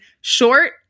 short